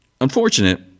unfortunate